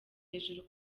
hejuru